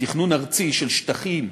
לתכנון ארצי של שטחים,